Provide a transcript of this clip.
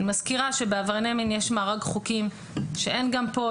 אני מזכירה שבנושא עברייני מין יש מארג חוקים שאין פה.